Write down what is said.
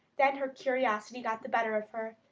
then her curiosity got the better of her.